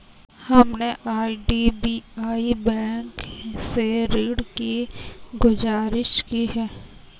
हमने IDBI bank से ऋण की गुजारिश की है